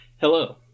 Hello